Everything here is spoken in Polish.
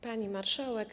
Pani Marszałek!